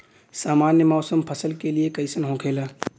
सामान्य मौसम फसल के लिए कईसन होखेला?